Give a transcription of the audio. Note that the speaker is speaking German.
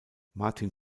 martin